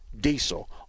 diesel